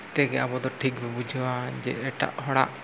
ᱛᱮᱜᱮ ᱟᱵᱚᱫᱚ ᱴᱷᱤᱠᱵᱚ ᱵᱩᱡᱷᱟᱹᱣᱟ ᱡᱮ ᱮᱴᱟᱜ ᱦᱚᱲᱟᱜ